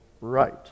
right